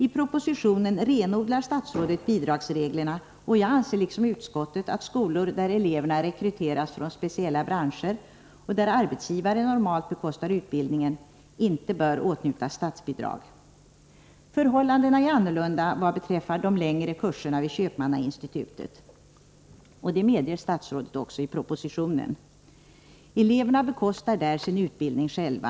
I propositionen renodlar statsrådet bidragsreglerna, och jag anser liksom utskottet att skolor, till vilka eleverna rekryteras från speciella branscher och där arbetsgivaren normalt bekostar utbildningen, inte bör åtnjuta statsbidrag. Förhållandet är annorlunda vad beträffar de längre kurserna vid Köpmannainstitutet. Det medger statsrådet också i propositionen. Eleverna bekostar där sin utbildning själva.